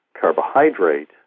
carbohydrate